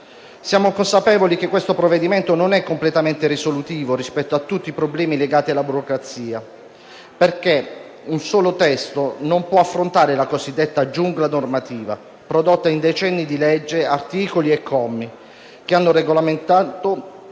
Siamo consapevoli che questo provvedimento non è completamente risolutivo rispetto a tutti i problemi legati alla burocrazia, perché un solo testo non può affrontare la cosiddetta giungla normativa prodotta in decenni di leggi, articoli e commi che hanno regolamentato